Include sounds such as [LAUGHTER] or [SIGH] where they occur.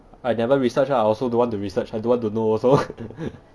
I never research ah I also don't want to research I don't want to know also [LAUGHS]